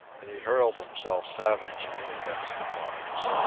and he hurled himself savagely against the bars.